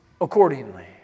accordingly